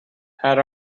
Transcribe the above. had